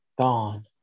Gone